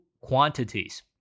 quantities